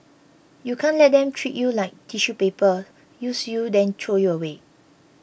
you can't let them treat you like tissue paper use you then throw you away